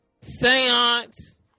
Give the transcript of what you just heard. Seance